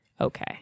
Okay